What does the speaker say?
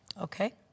Okay